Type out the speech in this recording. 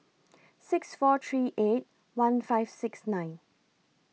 six four three eight one five six nine